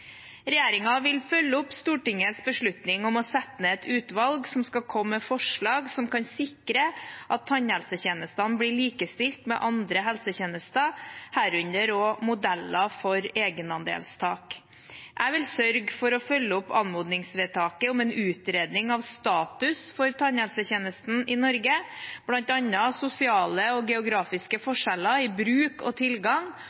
vil følge opp Stortingets beslutning om å sette ned et utvalg som skal komme med forslag som kan sikre at tannhelsetjenestene blir likestilt med andre helsetjenester, herunder modeller for egenandelstak. Jeg vil også sørge for å følge opp anmodningsvedtaket om en utredning av status for tannhelsetjenestene i Norge, bl.a. sosiale og geografiske